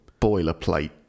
boilerplate